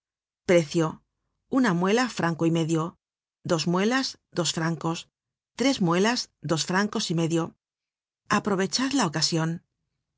precio una muela franco y medio dos muelas dos francos tres muelas dos francos y medio aprovechad la ocasion